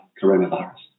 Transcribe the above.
coronavirus